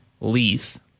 lease